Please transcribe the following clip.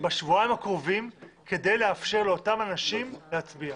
בשבועיים הקרובים כדי לאפשר לאותם אנשים להצביע.